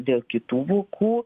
dėl kitų vokų